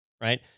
right